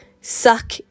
suck